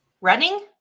Running